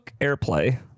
AirPlay